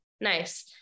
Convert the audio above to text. Nice